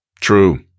true